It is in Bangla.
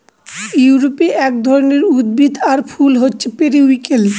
ইউরোপে এক রকমের উদ্ভিদ আর ফুল হছে পেরিউইঙ্কেল